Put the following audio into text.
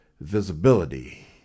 visibility